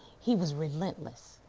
he was relentless.